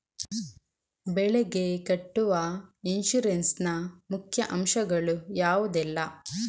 ಬೆಳೆಗೆ ಕಟ್ಟುವ ಇನ್ಸೂರೆನ್ಸ್ ನ ಮುಖ್ಯ ಅಂಶ ಗಳು ಯಾವುದೆಲ್ಲ?